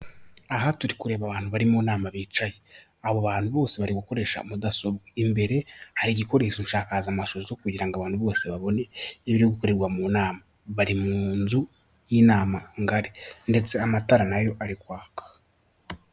Aha turi kureba abantu bari mu nama bicaye, abo bantu bose bari gukoresha mudasobwa, imbere hari igikoresho nsakazamashusho kugira ngo abantu bose babone ibiri gukorerwa mu nama, bari mu nzu y'inama ngari ndetse amatara na yo ari kwaka.